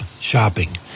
shopping